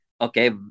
Okay